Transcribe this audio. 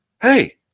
Hey